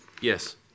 Yes